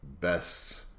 best